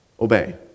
Obey